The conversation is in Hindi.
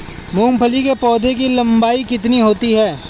मूंगफली के पौधे की लंबाई कितनी होती है?